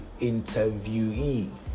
interviewee